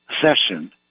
session